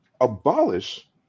abolish